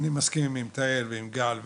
אני מסכים עם תהל ועם גל.